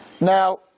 Now